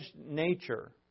nature